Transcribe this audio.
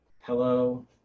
Hello